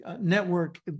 network